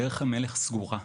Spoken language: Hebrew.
דרך המלך סגורה,